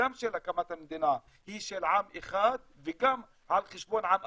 גם של הקמת המדינה היא של עם אחד וגם על חשבון עם אחר.